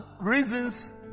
reasons